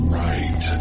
right